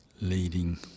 leading